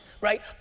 Right